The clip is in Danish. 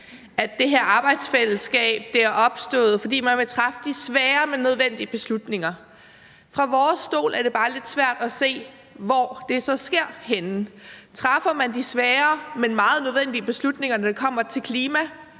her arbejdsfællesskab er opstået, fordi man vil træffe de svære, men nødvendige beslutninger. Fra vores stol er det bare lidt svært at se, hvor det så sker henne. Træffer man de svære, men meget nødvendige beslutninger, når det kommer til klima?